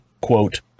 quote